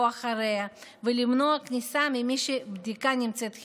אחריה ולמנוע כניסה ממי שהבדיקה שלו נמצאה חיובית.